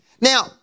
Now